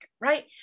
right